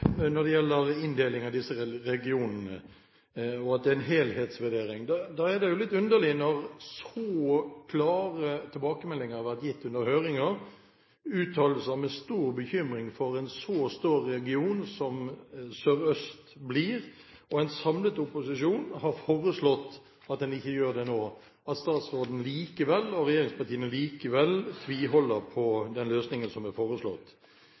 når det gjelder inndelingen av disse regionene, og at det er en helhetsvurdering. Det er jo litt underlig når så klare tilbakemeldinger ble gitt under høringer – uttalelser med stor bekymring for en så stor region som Sør-Øst blir. En samlet opposisjon har foreslått at en ikke gjør det nå, men statsråden og regjeringspartiene tviholder likevel på den løsningen som er foreslått.